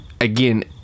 again